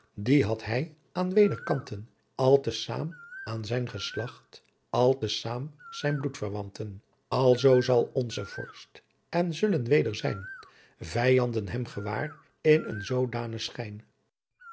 die had hij aan wederkanten al t'zaam van zijn geslacht al t'zaam zijjn bloedtverwanten alzoo zal onze vorst en zullen werden zijn vyanden hem gewaar in een